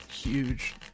huge